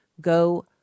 Go